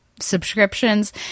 subscriptions